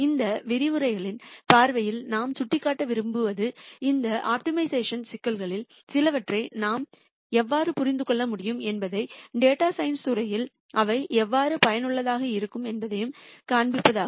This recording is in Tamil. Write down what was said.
இந்த விரிவுரைகளின் பார்வையில் நாம் சுட்டிக்காட்ட விரும்புவது இந்த ஆப்டிமைசேஷன் சிக்கல்களில் சிலவற்றை நாம் எவ்வாறு புரிந்து கொள்ள முடியும் என்பதையும் டேட்டா சயின்ஸ் துறையில் அவை எவ்வாறு பயனுள்ளதாக இருக்கும் என்பதையும் காண்பிப்பதாகும்